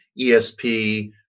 ESP